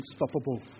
unstoppable